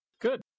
Good